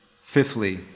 Fifthly